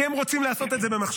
כי הם רוצים לעשות את זה במחשכים.